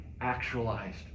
actualized